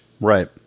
Right